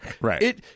Right